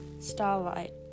starlight